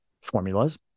formulas